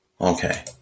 Okay